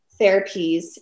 Therapies